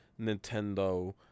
nintendo